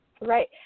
Right